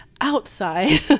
outside